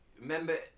remember